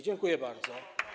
Dziękuję bardzo.